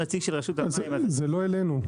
זה לא אלינו.